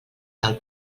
del